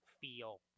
feel